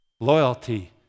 Loyalty